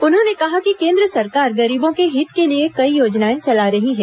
उन्होंने कहा कि केंद्र सरकार गरीबों के हित के लिए कई योजनाएं चला रही हैं